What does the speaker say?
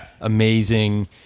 amazing